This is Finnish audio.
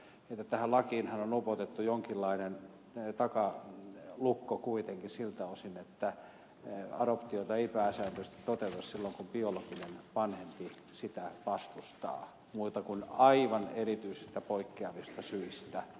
tähän lakiinhan on upotettu jonkinlainen takalukko kuitenkin siltä osin että adoptiota ei pääsääntöisesti toteuteta silloin kun biologinen vanhempi sitä vastustaa muuta kuin aivan erityisistä poikkeavista syistä